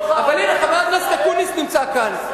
אבל חבר הכנסת אקוניס נמצא כאן,